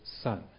Son